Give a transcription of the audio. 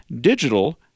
Digital